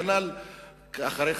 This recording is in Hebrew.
כנ"ל אחרי,